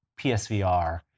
PSVR